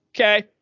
okay